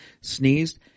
Sneezed